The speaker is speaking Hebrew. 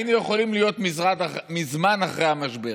היינו יכולים להיות מזמן אחרי המשבר.